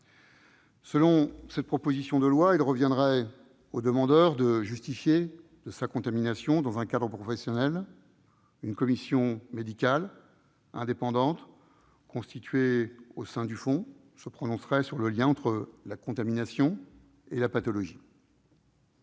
Selon cette proposition de loi, il reviendrait au demandeur de justifier de sa contamination dans un cadre professionnel. Une commission médicale indépendante constituée au sein du fonds se prononcerait sur le lien entre la contamination et la pathologie.